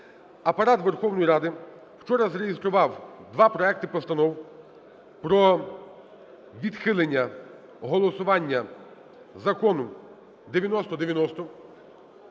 Апарат Верховної Ради вчора зареєстрував два проекти постанов про відхилення голосування Закону 9090.